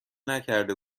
نکرده